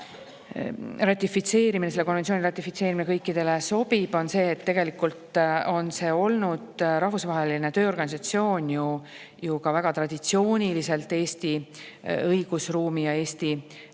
selle konventsiooni ratifitseerimine kõikidele sobib, on see, et tegelikult on Rahvusvaheline Tööorganisatsioon olnud ju ka väga traditsiooniliselt Eesti õigusruumi ja Eesti